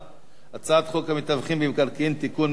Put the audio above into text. הצעת חוק המתווכים במקרקעין (תיקון מס' 7),